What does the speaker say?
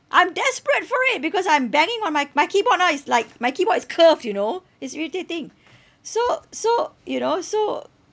I'm desperate for it because I'm banging on my my keyboard now it's like my keyboard is curved you know it's irritating so so you know so